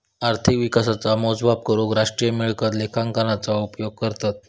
अर्थिक विकासाचा मोजमाप करूक राष्ट्रीय मिळकत लेखांकनाचा उपयोग करतत